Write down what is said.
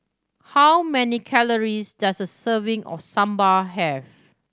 how many calories does a serving of Sambar have